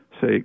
say